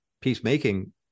peacemaking